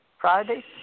Friday